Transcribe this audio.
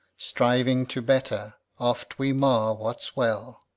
striving to better, oft we mar what's well.